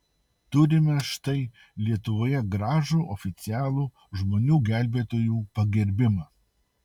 turime štai lietuvoje gražų oficialų žmonių gelbėtojų pagerbimą